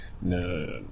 No